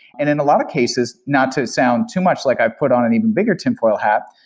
and in a lot of cases, not to sound too much like i've put on an even bigger tinfoil hat,